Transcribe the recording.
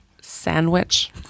Sandwich